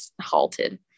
halted